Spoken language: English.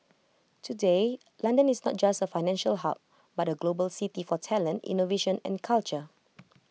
today London is not just A financial hub but A global city for talent innovation and culture